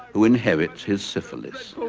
who inherits his syphilis.